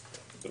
14:11.